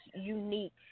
unique